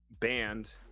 band